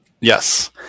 yes